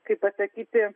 kaip pasakyti